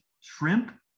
shrimp